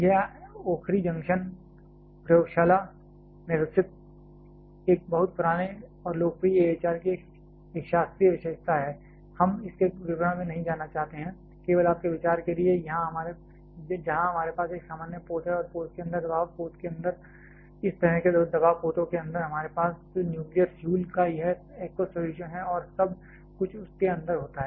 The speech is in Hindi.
यह ओखरी जंक्शन प्रयोगशाला में विकसित एक बहुत पुराने और लोकप्रिय AHR की एक शास्त्रीय विशेषता है हम इसके विवरण में नहीं जाना चाहते हैं केवल आपके विचार के लिए जहां हमारे पास एक सामान्य पोत है और पोत के अंदर दबाव पोत के अंदर इस तरह के दबाव पोतों के अंदर हमारे पास न्यूक्लियर फ्यूल का यह एक्वस सलूशन है और सब कुछ उसके अंदर होता है